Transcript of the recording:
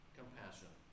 compassion